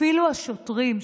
אפילו השוטרים,